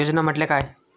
योजना म्हटल्या काय?